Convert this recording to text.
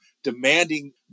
Demanding